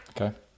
okay